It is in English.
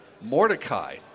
Mordecai